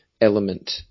element